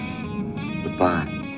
Goodbye